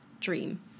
dream